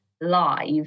live